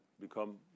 become